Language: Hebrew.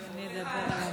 לחיים.